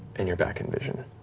and you're back in vision.